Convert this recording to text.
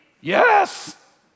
Yes